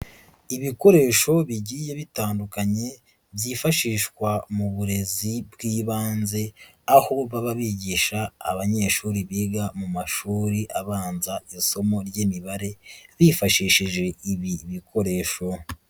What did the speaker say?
Ibikoresho bigiye bitandukanye byifashishwa mu burezi bw'ibanze, aho baba bigisha abanyeshuri biga mu mashuri abanza isomo ry'imibare, bifashishije ibi bikoresho.